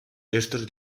estos